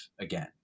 again